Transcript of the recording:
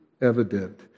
evident